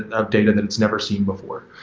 update and then it's never seen before.